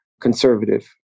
conservative